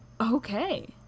okay